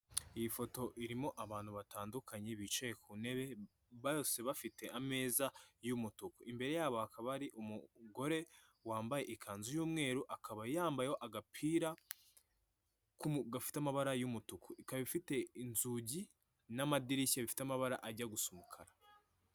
Iyi foto irimo abantu batandukanye bicaye ku ntebe bose bafite ameza y'umutuku imbere yabo hakaba ari umugore wambaye ikanzu y'umweru akaba yambayeho agapira gafite amabara y'umutuku ikaba ifite inzugi n'amadirishya bifite amabara ajya gusa umukara.